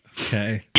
Okay